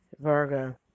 Virgo